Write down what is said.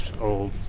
old